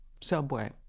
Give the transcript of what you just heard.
subway